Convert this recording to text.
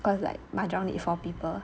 cause like mahjong need for people